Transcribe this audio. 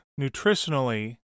nutritionally